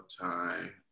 time